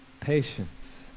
Patience